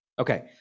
Okay